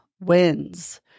wins